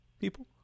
people